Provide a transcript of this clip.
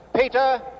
Peter